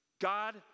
God